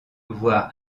voire